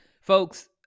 folks